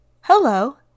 Hello